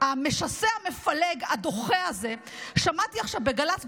המשסע המפלג הדוחה הזה: שמעתי עכשיו בגל"צ,